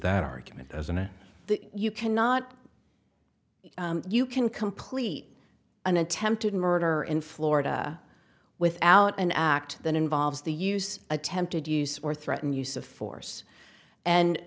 that argument as and you cannot you can complete an attempted murder in florida without an act that involves the use attempted use or threatened use of force and